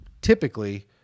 typically